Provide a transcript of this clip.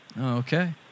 Okay